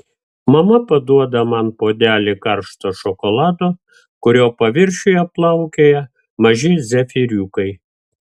mama paduoda man puodelį karšto šokolado kurio paviršiuje plaukioja maži zefyriukai